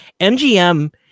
MGM